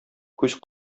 күз